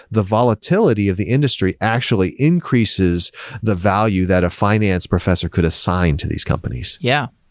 the volatility of the industry actually increases the value that a finance professor could assign to these companies. yeah,